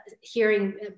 hearing